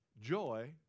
joy